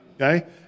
okay